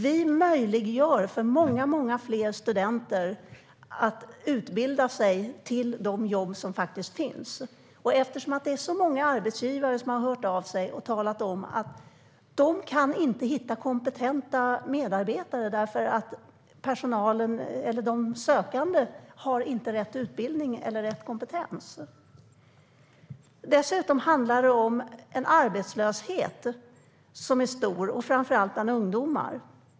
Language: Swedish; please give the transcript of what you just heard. Vi möjliggör för många fler studenter att utbilda sig till de jobb som faktiskt finns, eftersom det är så många arbetsgivare som har hört av sig och talat om att de inte kan hitta kompetenta medarbetare därför att de sökande inte har rätt utbildning eller rätt kompetens. Dessutom handlar det om att arbetslösheten är stor, framför allt bland ungdomar.